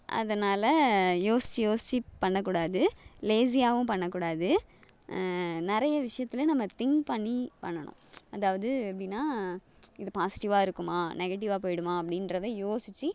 அதனால் யோசித்து யோசித்து பண்ணக்கூடாது லேஸியாகவும் பண்ணக்கூடாது நிறைய விஷயத்துல நம்ம திங்க் பண்ணி பண்ணணும் அதாவது எப்படீன்னா இது பாசிட்டிவாக இருக்குமா நெகட்டிவாக போயிடுமா அப்படீன்றதை யோசித்து